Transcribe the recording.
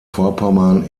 vorpommern